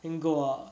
then go out